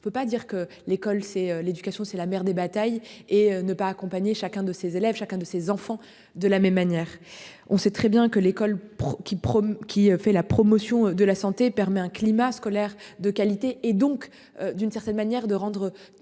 on ne peut pas dire que l'école c'est l'éducation, c'est la mère des batailles et ne pas accompagner chacun de ses élèves chacun de ses enfants de la même manière on sait très bien que l'école. Qui promeut qui fait la promotion de la santé permet un climat scolaire de qualité et donc d'une certaine manière de rendre